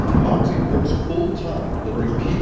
moxie works full time delivering ppe,